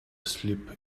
slip